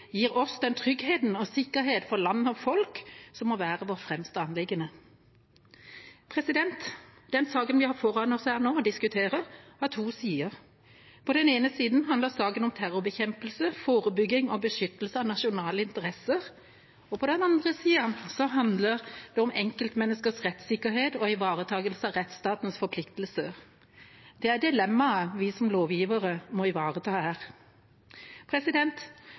gir oss trygghet og sikkerhet for land og folk, som må være vårt fremste anliggende. Den saken vi har foran oss her nå og diskuterer, har to sider. På den ene siden handler saken om terrorbekjempelse, forebygging og beskyttelse av nasjonale interesser. På den andre siden handler det om enkeltmenneskers rettssikkerhet og ivaretakelse av rettstatens forpliktelser. Det er dilemmaet vi som lovgivere må ivareta her.